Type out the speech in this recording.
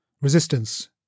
resistance